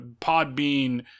Podbean